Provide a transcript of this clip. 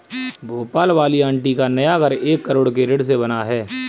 भोपाल वाली आंटी का नया घर एक करोड़ के ऋण से बना है